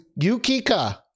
Yukika